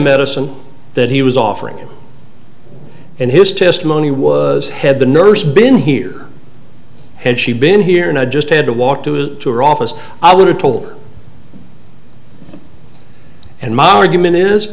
medicine that he was offering him and his testimony was had the nurse been here had she been here and i just had to walk to her office i would have told her and my argument is